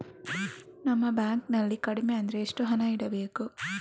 ನಮ್ಮ ಬ್ಯಾಂಕ್ ನಲ್ಲಿ ಕಡಿಮೆ ಅಂದ್ರೆ ಎಷ್ಟು ಹಣ ಇಡಬೇಕು?